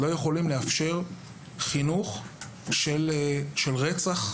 לא יכולים לאפשר חינוך שמסית לרצח,